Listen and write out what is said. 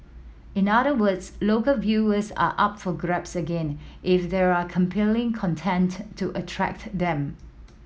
in other words local viewers are up for grabs again if there are compelling content to attract them